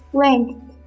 length